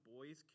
Boys